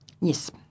Yes